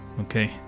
okay